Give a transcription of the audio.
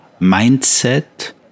mindset